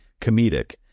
comedic